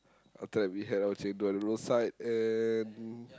after that we had our chendol at the roadside and